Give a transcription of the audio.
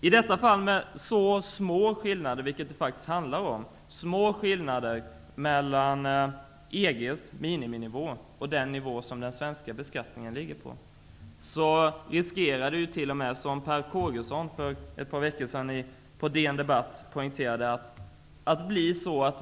I detta fall handlar det faktiskt om mycket små skillnader mellan EG:s mininivå och den nivå som den svenska skatten ligger på.